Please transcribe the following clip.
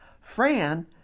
fran